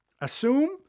Assume